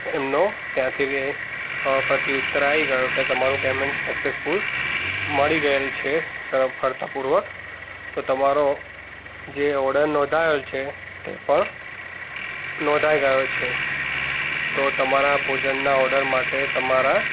એમનો ત્યાંથી રે અ પ્રત્યુત્તર આવી ગયો કે તમારું પેમેન્ટ સકસેસફુલ મળી ગયેલું છે સફળતાપૂર્વક તો તમારો જે ઓડર નોંધાયો છે તે પણ નોંધાઈ ગયો છે તો તમારા ભોજનના ઓડર માટે તમારા